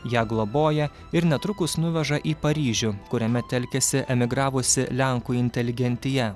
ją globoja ir netrukus nuveža į paryžių kuriame telkiasi emigravusi lenkų inteligentija